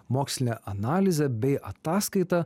mokslinė analizė bei ataskaita